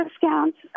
discounts